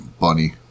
bunny